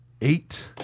Eight